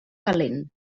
calent